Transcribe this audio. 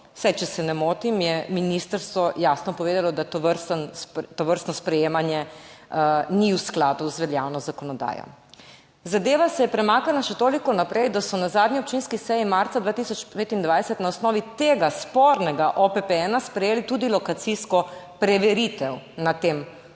Saj če se ne motim, je ministrstvo jasno povedalo, da tovrstno sprejemanje ni v skladu z veljavno zakonodajo. Zadeva se je premaknila še toliko naprej, da so na zadnji občinski seji marca 2025 na osnovi tega spornega OPP 1 sprejeli tudi lokacijsko preveritev na tem območju.